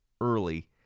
early